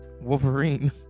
Wolverine